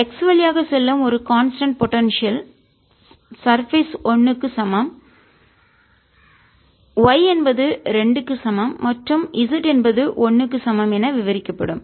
X வழியாக செல்லும் ஒரு கான்ஸ்டன்ட் போடன்சியல் சர்பேஸ் நிலையான சாத்தியமான மேற்பரப்பு 1 க்கு சமம் y என்பது 2 க்கு சமம் மற்றும் z என்பது 1 க்கு சமம் என விவரிக்கப்படும்